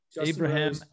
Abraham